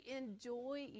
enjoy